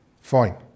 Fine